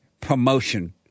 promotion